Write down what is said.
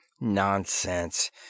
Nonsense